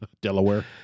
Delaware